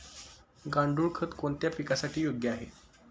गांडूळ खत कोणत्या पिकासाठी योग्य आहे?